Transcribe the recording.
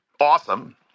awesome